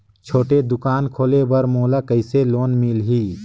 छोटे दुकान खोले बर मोला कइसे लोन मिलही?